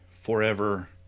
forever